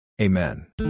Amen